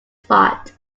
spot